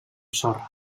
sorra